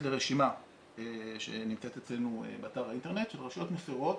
לרשימה שנמצאת אצלנו באתר האינטרנט של רשויות מפרות,